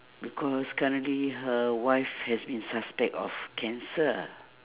because currently her wife has been suspect of cancer